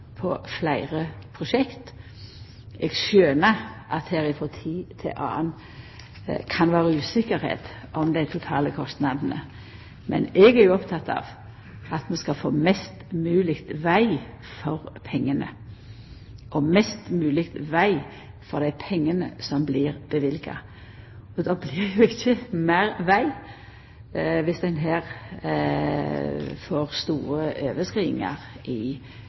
i fleire prosjekt. Eg skjønar at det frå tid til anna kan vera usikkerheit om dei totale kostnadene, men eg er oppteken av at vi skal få mest mogleg veg for pengane, og mest mogleg veg for dei pengane som blir løyvde. Det blir jo ikkje meir veg dersom ein får store overskridingar i